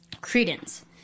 Credence